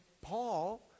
Paul